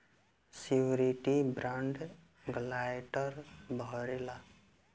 surety bond guarantor भरेला